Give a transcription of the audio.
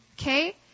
okay